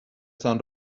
تان